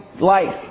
life